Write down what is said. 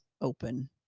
open